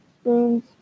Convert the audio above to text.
spoons